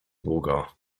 długo